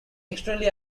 extremely